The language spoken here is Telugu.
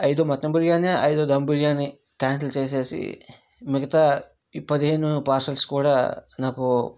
అయిదు మటన్ బిర్యానీ అయిదు దమ్ బిర్యానీ కాన్సల్ చేసేసి మిగతా ఈ పదిహేను పార్సెల్స్ కూడా నాకు